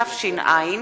התש"ע 2010,